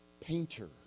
painter